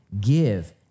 Give